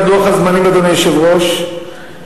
אדוני היושב-ראש,